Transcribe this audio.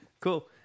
cool